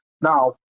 Now